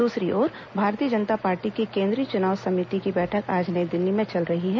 दूसरी ओर भारतीय जनता पार्टी की केंद्रीय चुनाव समिति की बैठक आज नई दिल्ली में चल रही है